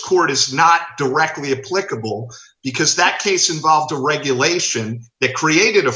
court is not directly apply because that case involved a regulation that created a